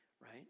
Right